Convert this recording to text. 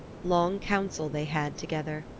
long counsel they had together.